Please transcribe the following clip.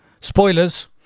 Spoilers